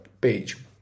page